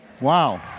Wow